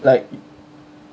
like